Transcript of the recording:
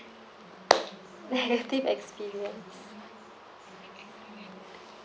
negative experience